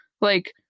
like-